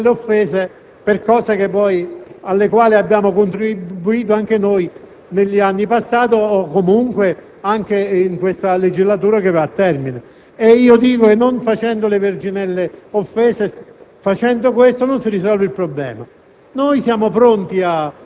ma certamente non ci possiamo limitare a fare le verginelle offese per iniziative alle quali abbiamo contribuito anche noi negli anni passati o comunque anche in questa legislatura che volge al termine. Dico che facendo le verginelle offese